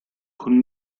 con